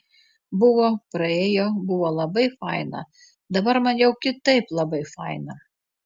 buvo praėjo buvo labai faina dabar man jau kitaip labai faina